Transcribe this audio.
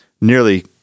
nearly